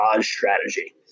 strategy